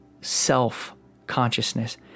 self-consciousness